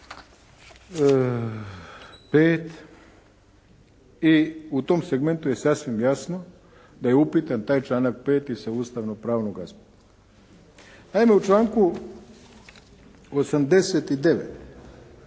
i u tom segmentu je sasvim jasno da je upitan taj članak 5. sa ustavnopravnog aspekta. Naime u članku 89.